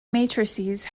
matrices